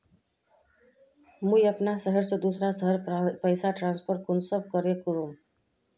मुई अपना शहर से दूसरा शहर पैसा ट्रांसफर कुंसम करे करूम?